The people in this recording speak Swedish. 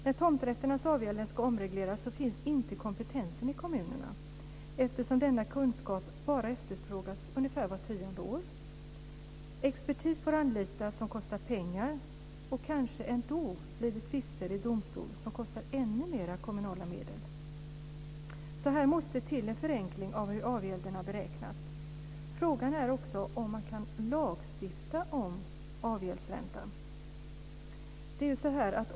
När tomträtternas avgälder ska omregleras finns inte kompetensen i kommunerna, eftersom denna kunskap bara efterfrågas ungefär vart tionde år. Expertis får anlitas som kostar pengar, och det kanske ändå blir tvister i domstol som kostar ännu mera kommunala medel. Här måste till en förenkling av hur avgälderna beräknas. Frågan är också om man kan lagstifta om avgäldsräntan.